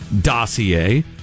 dossier